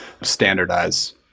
standardize